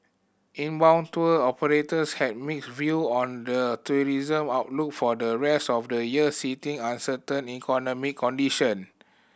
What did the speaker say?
inbound tour operators had mixed view on the tourism outlook for the rest of the year citing uncertain economic condition